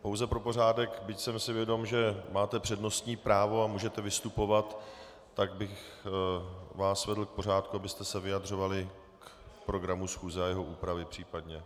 Pouze pro pořádek, byť jsem si vědom, že máte přednostní právo a můžete vystupovat, tak bych vás vedl k pořádku, abyste se vyjadřovali k programu schůze a jeho úpravy, případně.